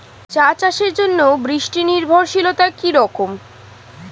চা চাষের জন্য বৃষ্টি নির্ভরশীলতা কী রকম?